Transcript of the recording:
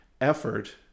effort